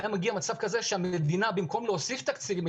היה מגיע מצב כזה שהמדינה הייתה חוסכת תקציבים במקום להוסיף תקציבים.